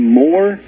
more